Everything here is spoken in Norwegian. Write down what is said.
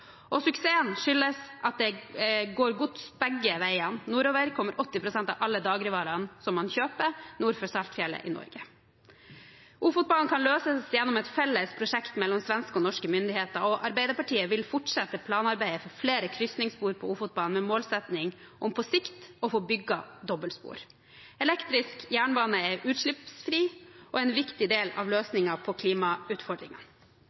Troms. Suksessen skyldes at det går gods begge veier. Nordover kommer 80 pst. av alle dagligvarene som man kjøper nord for Saltfjellet i Norge. Det som gjelder Ofotbanen, kan løses gjennom et felles prosjekt mellom svenske og norske myndigheter, og Arbeiderpartiet vil fortsette planarbeidet for flere krysningsspor på Ofotbanen, med målsetting om på sikt å få bygget dobbeltspor. Elektrisk jernbane er utslippsfri og en viktig del av